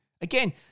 Again